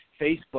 Facebook